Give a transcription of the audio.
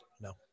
no